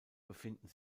befinden